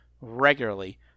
regularly